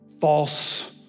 false